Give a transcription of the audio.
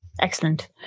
Excellent